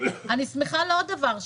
אני שמחה על עוד דבר,